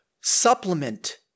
supplement